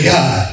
God